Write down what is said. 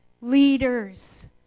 leaders